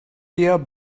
eher